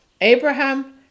Abraham